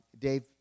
Dave